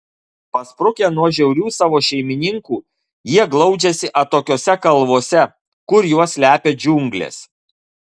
pasprukę nuo žiaurių savo šeimininkų jie glaudžiasi atokiose kalvose kur juos slepia džiunglės